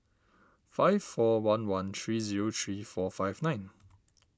five four one one three zero three four five nine